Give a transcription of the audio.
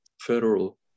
federal